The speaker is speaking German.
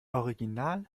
original